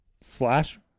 slash